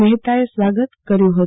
મહેતાએ સ્વાગત કર્યું હત